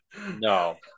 No